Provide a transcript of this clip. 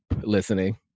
listening